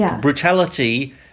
brutality